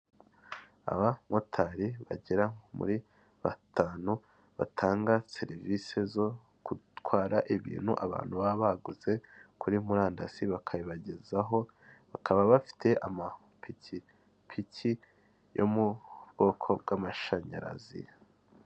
Abamotari bagera muri batanu batanga serivisi zo gutwara ibintu abantu baba baguze kuri murandasi bakabibagezaho, bakaba bafite amapikipiki yo mu bwoko bw'amashanyarazi.